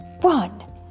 One